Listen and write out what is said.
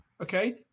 okay